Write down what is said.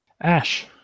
Ash